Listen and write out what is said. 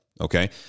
okay